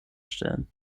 stellen